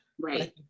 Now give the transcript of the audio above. right